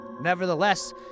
Nevertheless